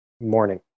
morning